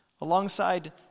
alongside